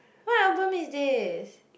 what album is this